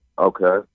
Okay